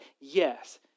yes